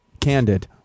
Candid